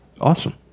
awesome